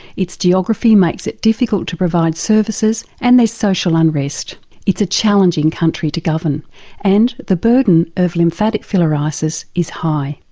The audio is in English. its geography makes it difficult to provide services and there's social unrest it's a challenging country to govern and the burden of lymphatic filariasis is high.